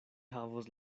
havos